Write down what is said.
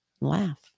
laugh